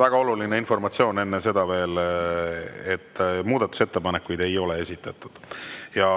Väga oluline informatsioon enne seda veel: muudatusettepanekuid ei ole esitatud ja